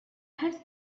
had